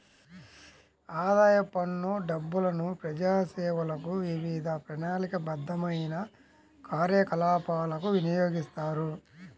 ఆదాయపు పన్ను డబ్బులను ప్రజాసేవలకు, వివిధ ప్రణాళికాబద్ధమైన కార్యకలాపాలకు వినియోగిస్తారు